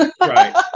Right